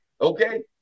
okay